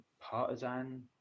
partisan